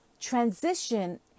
Transition